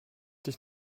dich